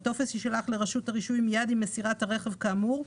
הטופס יישלח לרשות הרישוי מיד עם מסירת הרכב כאמור,